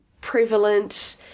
prevalent